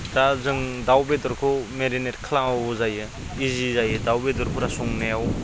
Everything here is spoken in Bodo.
दा जों दाउ बेदरखौ मेरिनेट खालामाबाबो जायो इजि जायो दाउ बेदरफोरा संनायाव